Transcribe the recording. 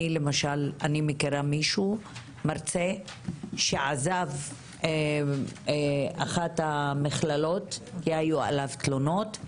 אני מכירה מרצה שעזב את אחת המכללות כי היו עליו תלונות,